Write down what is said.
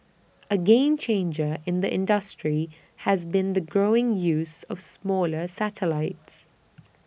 A game changer in the industry has been the growing use of smaller satellites